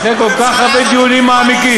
אחרי כל כך הרבה דיונים מעמיקים,